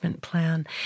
Plan